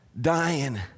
Dying